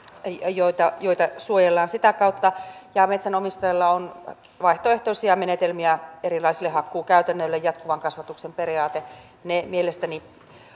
joita joita suojellaan sitä kautta ja metsänomistajilla on vaihtoehtoisia menetelmiä erilaisille hakkuukäytännöille jatkuvan kasvatuksen periaate jotka eivät mielestäni